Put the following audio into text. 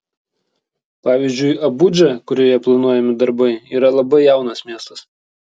pavyzdžiui abudža kurioje planuojami darbai yra labai jaunas miestas